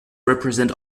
represent